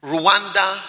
Rwanda